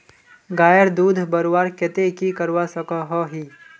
गायेर दूध बढ़वार केते की करवा सकोहो ही?